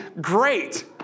Great